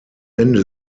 ende